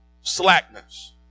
slackness